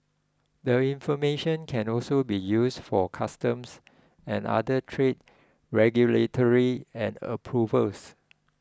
their information can also be used for customs and other trade regulatory and approvals